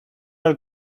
del